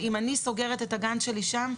אם אני סוגרת את הגן שלי שם,